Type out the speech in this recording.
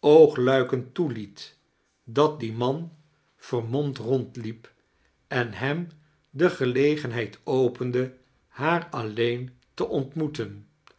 oogluikend toeliet dat die man vermomd rondliep en hem de gelegenheid opende haar alleen te ontmoeten